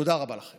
תודה רבה לכם.